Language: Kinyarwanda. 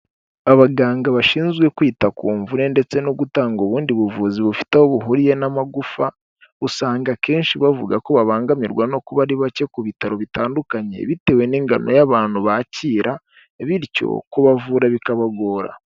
Abaganga bashinzwe kwita ku mvure ndetse no gutanga ubundi buvuzi bufite aho buhuriye n'amagufa, usanga akenshi bavuga ko babangamirwa no kuba ari bake ku bitaro bitandukanye bitewe n'ingano y'abantu bakira, bityo kubavura bikabagora.